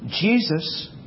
Jesus